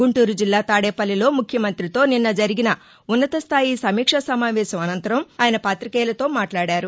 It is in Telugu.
గుంటూరు జిల్లా తాదేపల్లిలో ముఖ్యమంత్రితో నిన్న జరిగిన ఉన్నతస్టాయి సమీక్షా సమావేశం అనంతరం ఆయస పాతికేయులతో మాట్లాడారు